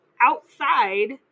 outside